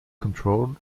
control